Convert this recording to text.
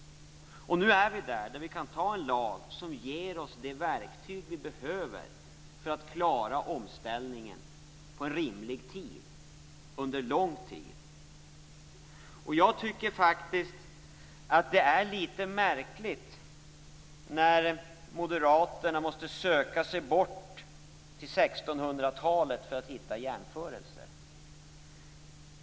Nu är vi där att vi kan anta en lag som ger oss de verktyg vi behöver för att klara omställningen på en rimlig och lång tid. Jag tycker faktiskt att det är litet märkligt att moderaterna måste söka sig bort till 1600-talet för att hitta jämförelser.